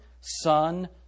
Son